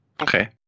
Okay